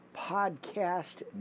podcast